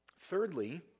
Thirdly